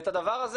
בעצם,